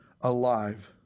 alive